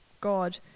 God